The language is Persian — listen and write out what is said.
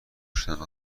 شدن